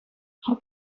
how